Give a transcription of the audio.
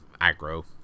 aggro